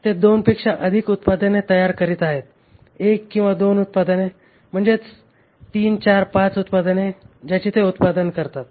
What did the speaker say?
ते 2 पेक्षा अधिक उत्पादने तयार करीत आहेत 1 किंवा 2 उत्पादने म्हणजे 3 4 5 उत्पादने ज्याची ते उत्पादन करतात